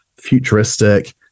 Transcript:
futuristic